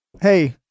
Hey